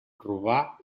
robar